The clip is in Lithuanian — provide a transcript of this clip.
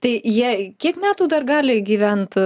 tai jie kiek metų dar gali gyvent